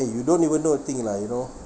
eh you don't even know a thing lah you know